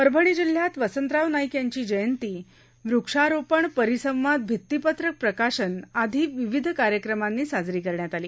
परभणी जिल्ह्यात वसंतराव नाईक यांची जयंती वृक्षारोपण परिसंवाद भित्तीपत्रक प्रकाशन आदी विविध कार्यक्रमांनी साजरी करण्यात आली